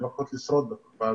תסביר לנו מה קורה שם.